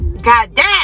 Goddamn